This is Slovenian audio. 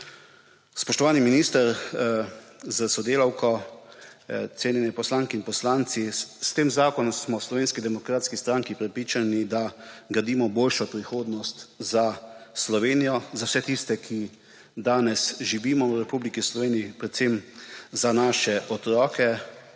Spoštovani minister s sodelavko, cenjene poslanke in poslanci! S tem zakonom smo v Slovenski demokratski stranki prepričani, da gradimo boljšo prihodnost za Slovenijo, za vse tiste, ki danes živimo v Republiki Sloveniji, predvsem za naše otroke,